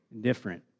different